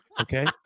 Okay